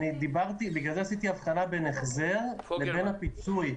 עשיתי הבחנה בין החזר לבין הפיצוי.